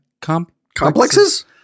complexes